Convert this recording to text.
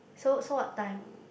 so so what time